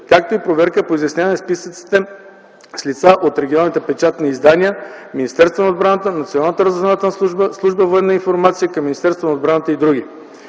както и проверка по изясняване списъците с лица от регионални печатни издания, Министерство на отбраната, Националната разузнавателна служба, Служба „Военна информация” към Министерството на отбраната и други.